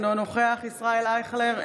אינו נוכח ישראל אייכלר,